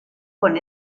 con